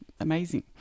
amazing